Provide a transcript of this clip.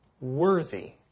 worthy